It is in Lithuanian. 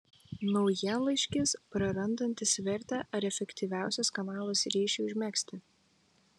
naujienlaiškis prarandantis vertę ar efektyviausias kanalas ryšiui užmegzti